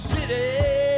City